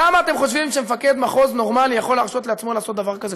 כמה אתם חושבים שמפקד מחוז נורמלי יכול להרשות לעצמו לעשות דבר כזה?